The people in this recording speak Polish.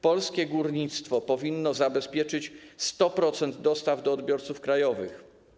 Polskie górnictwo powinno zabezpieczyć 100% dostaw do odbiorców krajowych.